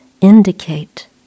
indicate